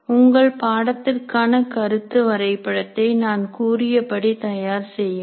உங்கள் பாடத்திற்கான கருத்து வரைபடத்தை நான் கூறியபடி தயார் செய்யுங்கள்